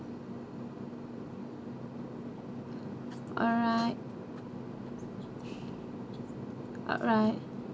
alright alright